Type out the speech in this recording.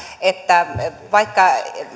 että vaikka